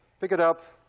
pick it up,